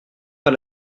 par